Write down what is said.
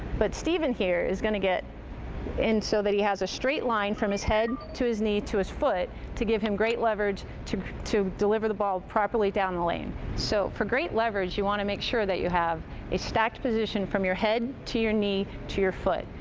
but steven here is going to get and so that he has a straight line from his head to his knee to his foot to give him great leverage to to deliver the ball properly down the lane. so, for great leverage you want to make sure you have a stacked position from your head to your knee to your foot.